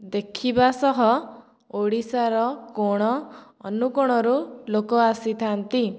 ଦେଖିବା ସହ ଓଡ଼ିଶାର କୋଣ ଅନୁକୋଣରୁ ଲୋକ ଆସିଥାନ୍ତି